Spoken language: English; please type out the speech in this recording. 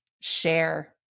share